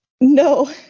No